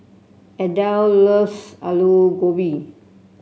Adel loves Aloo Gobi